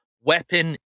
weapon